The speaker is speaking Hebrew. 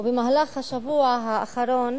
ובמהלך השבוע האחרון